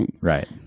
right